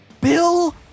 Bill